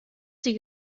sie